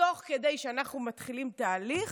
תוך כדי שאנחנו מתחילים תהליך,